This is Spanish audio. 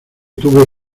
tuve